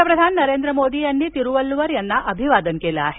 पंतप्रधान नरेंद्र मोदी यांनी तिरुवल्लुवर यांना अभिवादन केलं आहे